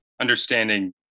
understanding